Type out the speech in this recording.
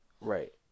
Right